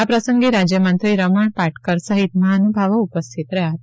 આ પ્રસંગે રાજ્યમંત્રી રમણ પાટકર સહિત મહાનુભાવો ઉપસ્થિત રહ્યા હતા